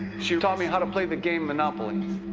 she taught me how to play the game monopoly.